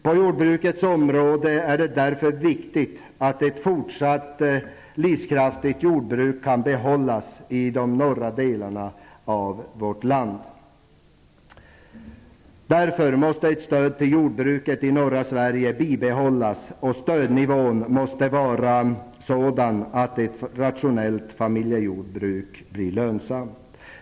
På jordbruksområdet är det därför viktigt att ett fortsatt livskraftigt jordbruk skall kunna behållas i de norra delarna av vårt land. Därför måste ett stöd till jordbruket i norra Sverige bibehållas. Stödnivån måste vara sådan att ett rationellt familjejordbruk blir lönsamt.